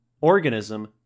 organism